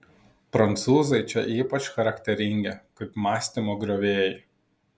prancūzai čia ypač charakteringi kaip mąstymo griovėjai